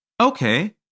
Okay